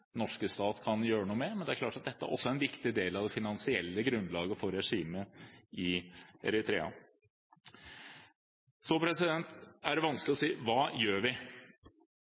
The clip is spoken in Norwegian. norske staten kan gjøre noe med, men det er klart at dette er også en viktig del av det finansielle grunnlaget for regimet i Eritrea. Det som er vanskelig, er: Hva gjør vi?